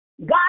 God